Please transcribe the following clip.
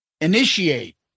Initiate